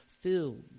filled